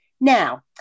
now